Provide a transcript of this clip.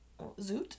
Zoot